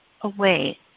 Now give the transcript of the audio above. away